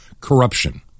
Corruption